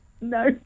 No